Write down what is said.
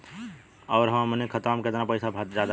और अब हमनी के खतावा में कितना पैसा ज्यादा भईल बा?